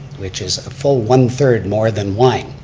which is a full one third more than wine.